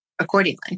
accordingly